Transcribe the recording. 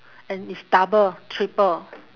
and it's double triple